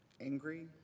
angry